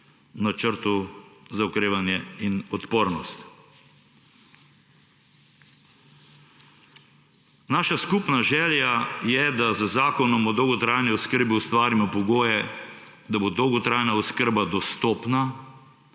Načrtu za okrevanje in odpornost. Naša skupna želja je, da z zakonom o dolgotrajni oskrbi ustvarimo pogoje, da bo dolgotrajna oskrba dostopna,